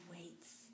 waits